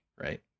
Right